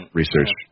research